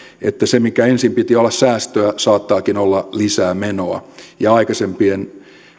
että se minkä ensin piti olla säästöä saattaakin olla lisää menoa ja aikaisempien